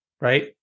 Right